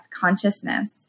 consciousness